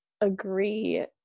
agree